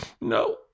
No